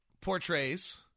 portrays